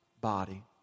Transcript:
body